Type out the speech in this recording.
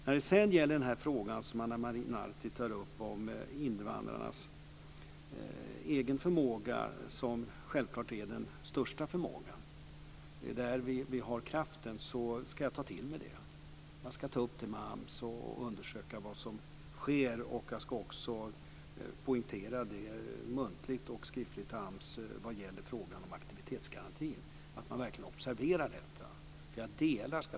När det sedan gäller den fråga som Ana Maria Narti tar upp om invandrarnas egen förmåga, som självklart är den största förmågan där vi har kraften, ska jag ta till mig det. Jag ska ta upp det med AMS och undersöka vad som sker. Jag ska också muntligt och skriftligt för AMS poängtera att man verkligen observerar frågan om aktivitetsgarantin.